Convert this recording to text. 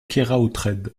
keraotred